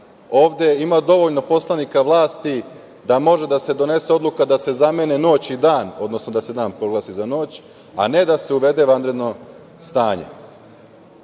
Ovde ima poslanika vlasti da može da se donese odluka da se zamene noć i dan, odnosno da se dan proglasi za noć, a ne da se uvede vanredno stanje.